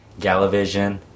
Galavision